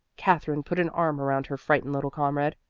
katherine put an arm around her frightened little comrade.